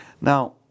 Now